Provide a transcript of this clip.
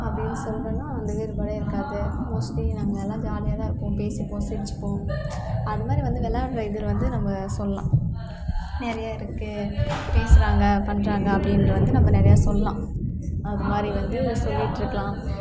அப்படின்னு சொல்கிறேனா அந்த வேறுபாடே இருக்காது மோஸ்லி நாங்கெலாம் ஜாலியாகதான் இருப்போம் பேசிப்போம் சிரிச்சிப்போம் அதுமாதிரி வந்து விளாடுற இது வந்து நம்ம சொல்லலாம் நிறையருக்கு பேசுகிறாங்க பண்ணுறாங்க அப்படின்னு வந்து நம்ம நிறையா சொல்லலாம் அதுமாதிரி வந்து சொல்லிகிட்ருக்குலாம்